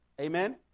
Amen